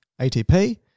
ATP